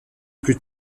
plus